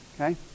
Okay